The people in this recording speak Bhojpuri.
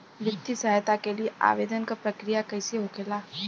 वित्तीय सहायता के लिए आवेदन क प्रक्रिया कैसे होखेला?